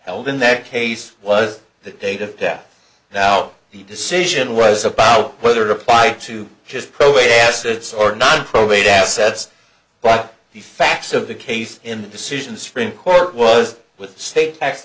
held in that case was the date of death now the decision was about whether it applied to his protest its or not probate assets but the facts of the case in the decisions from court was with state tax